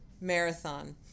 marathon